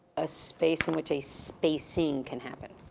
a space in which a spacing can happen.